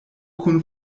kun